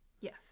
Yes